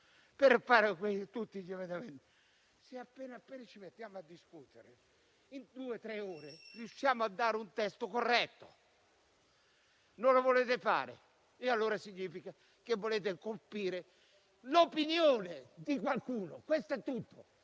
approntare tutti gli emendamenti, ma, se ci mettiamo a discutere, in due o tre ore riusciremmo a produrre un testo corretto. Non lo volete fare? Significa che volete colpire l'opinione di qualcuno. Questo è tutto.